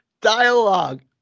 dialogue